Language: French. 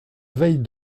veille